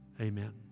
amen